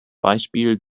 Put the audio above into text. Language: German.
beispiel